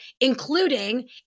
including